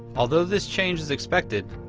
although this change is expected,